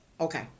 Okay